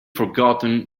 forgotten